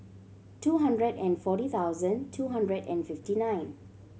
two hundred and forty thousand two hundred and fifty nine